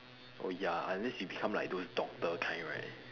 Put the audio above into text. oh ya unless you become like those doctor kind right